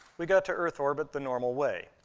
we got to earth orbit the normal way,